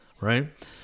right